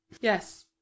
yes